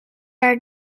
are